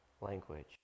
language